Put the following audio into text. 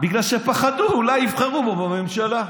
בגלל שפחדו שאולי יבחרו בו בממשלה.